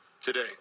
today